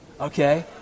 okay